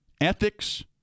ethics